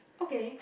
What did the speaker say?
okay